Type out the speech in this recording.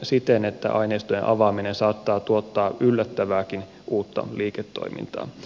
siten että aineistojen avaaminen saattaa tuottaa yllättävääkin uutta liiketoimintaa